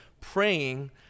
praying